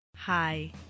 Hi